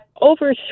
Over